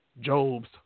Job's